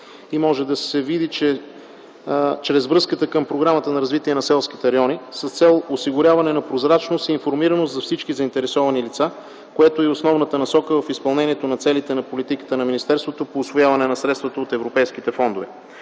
и може да се види чрез връзката към Програмата за развитие на селските райони с цел осигуряване на прозрачност и информираност за всички заинтересовани лица, което е основната насока в изпълнение целите на политиката на министерството по усвояване на средствата от европейските фондове.